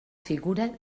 figura